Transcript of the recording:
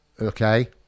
Okay